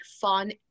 fun